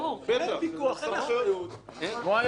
ברור.